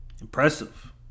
Impressive